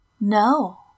No